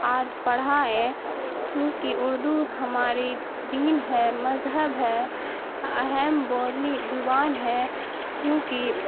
عاد پڑھائیں کیونکہ اردو ہماری دین ہے مذہب ہے اہم بولی زبان ہے کیونکہ